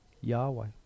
Yahweh